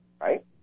right